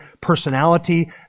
personality